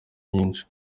nyinshi